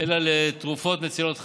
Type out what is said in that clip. אלא לתרופות מצילות חיים.